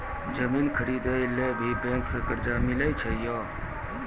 जमीन खरीदे ला भी बैंक से कर्जा मिले छै यो?